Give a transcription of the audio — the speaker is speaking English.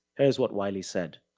here's what wiley said.